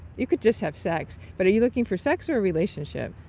you could just have sex. but are you looking for sex or a relationship?